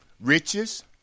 Riches